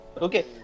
Okay